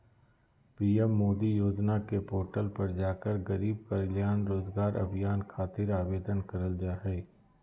PM Modi योजना के portal पर जाकर गरीब कल्याण रोजगार अभियान खातिर आवेदन करल जा हय